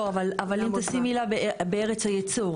לא, אבל תשימי לב בארץ הייצור.